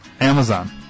amazon